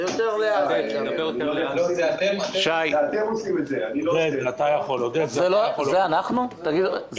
ואתה כמובן יכול את המספרים המקבילים,